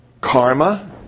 Karma